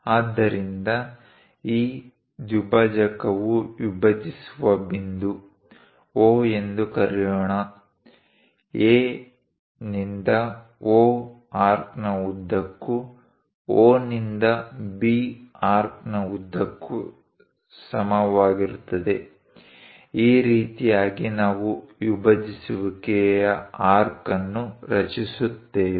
ಆದ್ದರಿಂದ ಈ ದ್ವಿಭಾಜಕವು ವಿಭಜಿಸುವ ಬಿಂದು O ಎಂದು ಕರೆಯೋಣ A ನಿಂದ O ಆರ್ಕ್ನ ಉದ್ದಕ್ಕೂ O ನಿಂದ B ಆರ್ಕ್ನ ಉದ್ದಕ್ಕೂ ಸಮವಾಗಿರುತ್ತದೆ ಈ ರೀತಿಯಾಗಿ ನಾವು ವಿಭಜಿಸುವಿಕೆಯ ಆರ್ಕ್ ಅನ್ನು ರಚಿಸುತ್ತೇವೆ